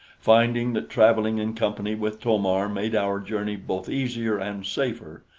finding that traveling in company with to-mar made our journey both easier and safer,